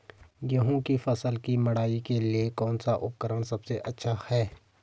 गेहूँ की फसल की मड़ाई के लिए कौन सा उपकरण सबसे अच्छा है?